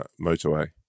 motorway